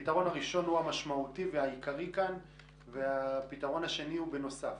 הפתרון הראשון הוא המשמעותי כאן והפתרון השני הוא בנוסף.